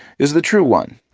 is the true one.